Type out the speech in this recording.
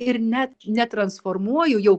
ir net netransformuoju jau